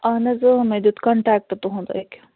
اَہَن حظ مےٚ دیُت کَنٹیٚکٹ تُہُنٛد أکۍ